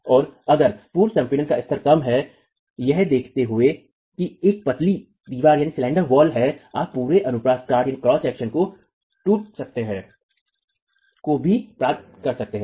और अगर पूर्व संपीड़न का स्तर कम है यह देखते हुए कि यह एक पतली दीवार है आप पूरे अनुप्रस्थ काट जो टूट सकता है को भी प्राप्त कर सकते हैं